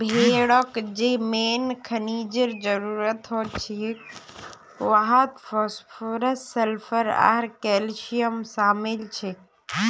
भेड़क जे मेन खनिजेर जरूरत हछेक वहात फास्फोरस सल्फर आर कैल्शियम शामिल छेक